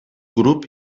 grup